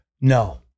no